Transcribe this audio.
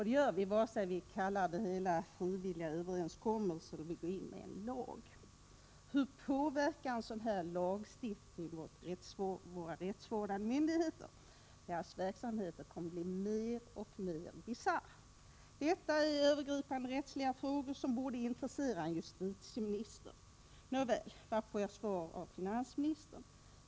Det gör vi vare sig vi kallar det för frivilliga överenskommelser eller vi går in och lagstiftar. Hur påverkar en sådan här lagstiftning våra rättsvårdande myndigheter? Deras verksamhet kommer att framstå som mer och mer bisarr. Dessa frågor är övergripande rättsliga frågor som borde intressera en justitieminister. Nåväl — varför får jag svar av finansministern?